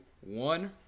one